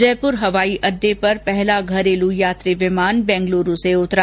जयपुर हवाई अड्डे पर पहला घरेलू यात्री विमान बैंगलुरू से उतरा